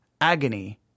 agony